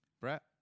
brett